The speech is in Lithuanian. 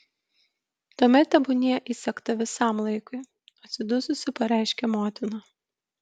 tuomet tebūnie įsegta visam laikui atsidususi pareiškia motina